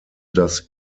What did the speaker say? das